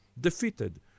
defeated